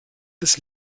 des